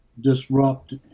disrupt